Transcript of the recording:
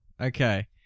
Okay